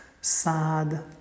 sad